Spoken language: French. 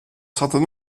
certain